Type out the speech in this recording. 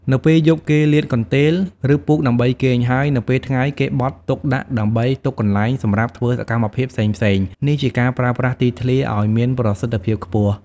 នៅពេលយប់ គេលាតកន្ទេល ឬពូកដើម្បីគេង ហើយនៅពេលថ្ងៃ គេបត់ទុកដាក់ដើម្បីទុកកន្លែងសម្រាប់ធ្វើសកម្មភាពផ្សេងៗ នេះជាការប្រើប្រាស់ទីធ្លាឱ្យមានប្រសិទ្ធភាពខ្ពស់។។